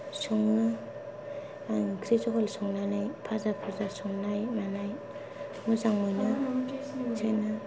सङो आं ओंख्रि जहल संनानै फाजा फुजा संनाय मानाय मोजां मोनो बिदिनो